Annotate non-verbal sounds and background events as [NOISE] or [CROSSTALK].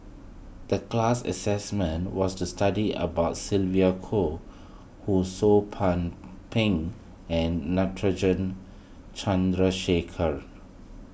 the class assessment was to study about Sylvia Kho Ho Sou [UNINTELLIGIBLE] Ping and Natarajan Chandrasekaran